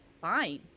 fine